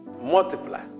multiply